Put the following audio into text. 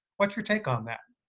what's your take on that?